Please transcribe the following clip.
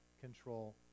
control